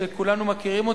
שכולנו מכירים אותה,